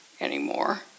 anymore